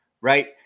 right